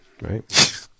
Right